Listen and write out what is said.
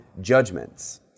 judgments